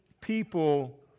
people